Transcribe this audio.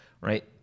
right